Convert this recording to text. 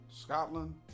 Scotland